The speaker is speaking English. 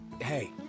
Hey